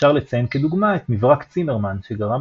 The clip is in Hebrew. אפשר לציין כדוגמה את מברק צימרמן שגרם